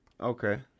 Okay